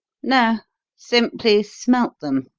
no simply smelt them.